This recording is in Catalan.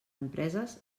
empreses